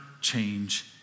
change